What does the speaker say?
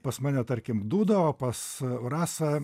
pas mane tarkim dūda o pas rasą